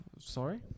sorry